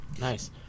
nice